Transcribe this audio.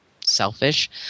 selfish